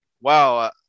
Wow